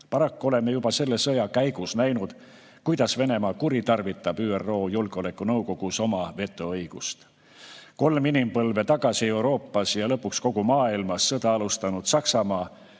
Paraku oleme juba selle sõja käigus näinud, kuidas Venemaa kuritarvitab ÜRO Julgeolekunõukogus oma vetoõigust. Kolm inimpõlve tagasi Euroopas ja lõpuks kogu maailmas sõda alustanud Saksamaa